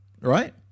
Right